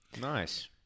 Nice